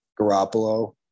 Garoppolo